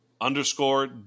underscore